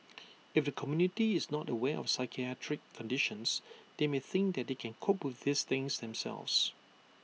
if the community is not aware of psychiatric conditions they may think that they can cope with these things themselves